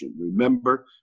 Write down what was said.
Remember